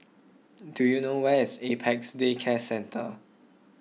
do you know where is Apex Day Care Centre